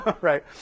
Right